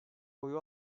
oyu